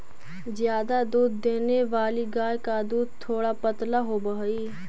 ज्यादा दूध देने वाली गाय का दूध थोड़ा पतला होवअ हई